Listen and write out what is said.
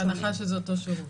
בהנחה שזה אותו שירות.